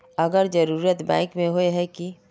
अगर जरूरत बैंक में होय है की?